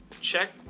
check